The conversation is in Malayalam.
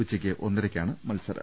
ഉച്ചക്ക് ഒന്നരയ്ക്കാണ് മത്സരം